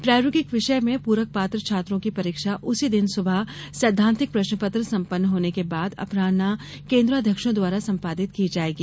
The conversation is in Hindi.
प्रायोगिक विषय में पूरक पात्र छात्रों की परीक्षा उसी दिन सुबह सैद्वांतिक प्रश्नपत्र संपन्न होने के बाद अपरान्ह केन्द्राध्यक्षो द्वारा संपादित की जायेगी